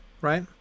right